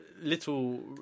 little